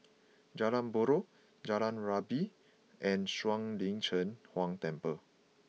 Jalan Buroh Jalan Rabu and Shuang Lin Cheng Huang Temple